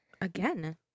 Again